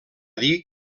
dir